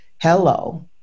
hello